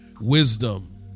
wisdom